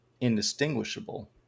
indistinguishable